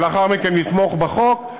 ולאחר מכן נתמוך בחוק.